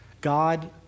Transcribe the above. God